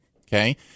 Okay